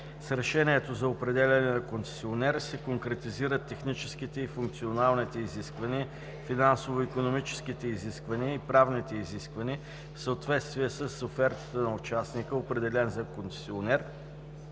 С решението за определяне на концесионер се конкретизират техническите и функционалните изисквания, финансово-икономическите изисквания и правните изисквания в съответствие с офертата на участника, определен за концесионер,